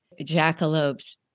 jackalopes